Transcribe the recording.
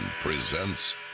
presents